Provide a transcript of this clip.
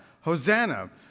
Hosanna